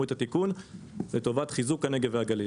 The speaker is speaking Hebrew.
את התיקון לטובת חיזוק הנגב והגליל.